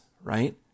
right